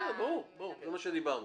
כן, ברור, זה מה שדיברנו.